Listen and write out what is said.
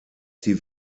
die